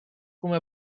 come